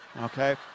okay